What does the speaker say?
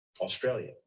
Australia